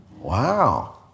Wow